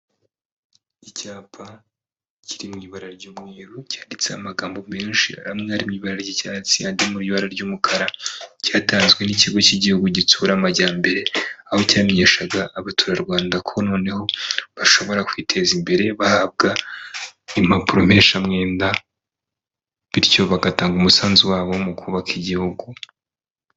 Icyapa kiri mu ibara ry'umweru cyanditseho amagambo menshi, amwe rimwe ibara ry'icyatsi andi ari mu ibara ry'umukara, cyatanzwe n'ikigo cy'igihugu gitsura amajyambere, aho cyamenyeshaga Abaturarwanda ko noneho bashobora kwiteza imbere bahabwa impapuro mpeshamwenda, bityo bagatanga umusanzu wabo mu kubaka igihugu.